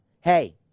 hey